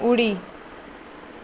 उडी